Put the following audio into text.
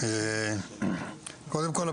קודם כל,